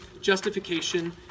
justification